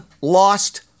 lost